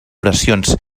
oracions